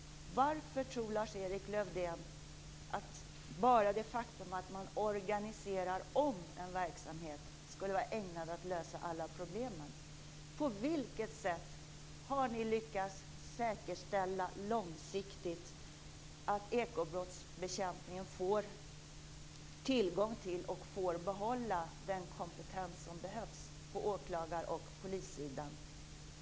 Varför tror Lars-Erik Lövdén att bara det faktum att man organiserar om en verksamhet skulle vara ägnat att lösa alla problem? På vilket sätt har ni långsiktigt lyckats säkerställa att ekobrottsbekämpningen får tillgång till - och får behålla - den kompetens som behövs på åklagar och polissidan?